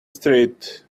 street